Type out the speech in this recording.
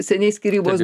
seniai skyrybos